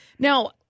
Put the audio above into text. Now